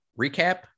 recap